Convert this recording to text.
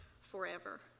forever